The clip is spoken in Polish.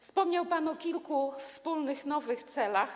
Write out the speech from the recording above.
Wspomniał pan o kilku wspólnych nowych celach.